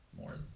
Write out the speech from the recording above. more